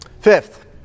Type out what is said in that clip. Fifth